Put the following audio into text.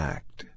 Act